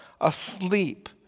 asleep